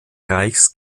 reichs